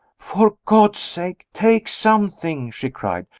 for god's sake, take something! she cried.